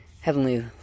Heavenly